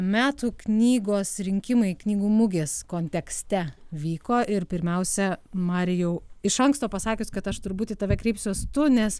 metų knygos rinkimai knygų mugės kontekste vyko ir pirmiausia marijau iš anksto pasakius kad aš turbūt į tave kreipsiuosi tu nes